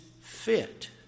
fit